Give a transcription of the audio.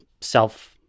self